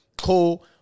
cool